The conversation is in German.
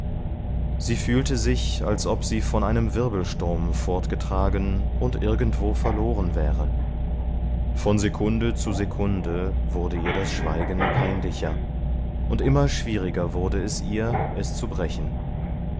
sie fühlte sich als ob sie von einem wirbelsturm fortgetragen und irgendwo verloren worden wäre von sekunde zu sekunde wurde ihr das schweigen peinlicher und immer schwieriger wurde es ihr es zu brechen